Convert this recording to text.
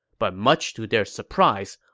but much to their surprise,